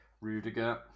Rudiger